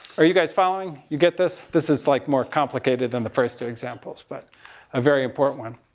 are you guys following? you get this? this is like more complicated than the first two examples but a very important one.